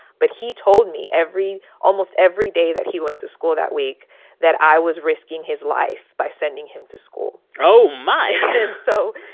but he told me every almost every day that he went to school that week that i was risking his life by sending him to school oh, my and so,